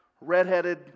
Redheaded